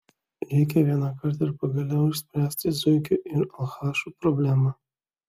reikia vienąkart ir pagaliau išspręsti zuikių ir alchašų problemą